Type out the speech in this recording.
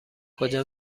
کجا